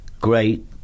great